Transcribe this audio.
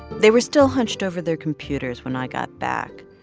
they were still hunched over their computers when i got back.